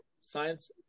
Science